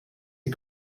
die